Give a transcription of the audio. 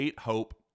Hope